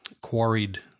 quarried